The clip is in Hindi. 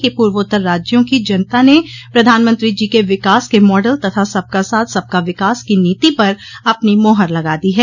कि पूर्वोत्तर राज्यों की जनता ने पधानमंत्री जी के विकास के माडल तथा सबका साथ सबका विकास की नीति पर अपनी मोहर लगा दी है